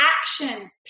action